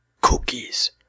Cookies